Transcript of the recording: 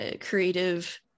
creative